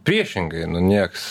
priešingai nu nieks